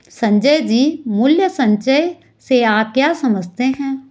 संजय जी, मूल्य संचय से आप क्या समझते हैं?